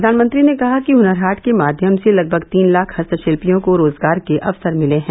प्रधानमंत्री ने कहा कि हनर हाट के माध्यम से लगभग तीन लाख हस्तशिल्पियों को रोजगार के अवसर मिले हैं